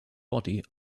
body